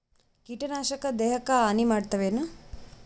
ಕೀಟನಾಶಕ ದೇಹಕ್ಕ ಹಾನಿ ಮಾಡತವೇನು?